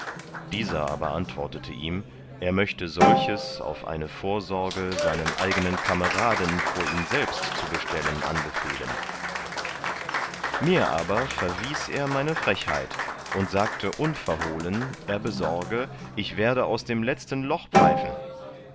dieser aber antwortete ihm er möchte solches auf eine vorsorge seinen eigenen kameraden vor ihn selbst zu bestellen anbefehlen mir aber verwies er meine frechheit und sagte unverhohlen er besorge ich werde aus dem letzten loch pfeifen